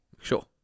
sure